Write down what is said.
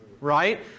right